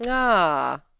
ah!